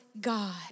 God